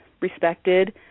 respected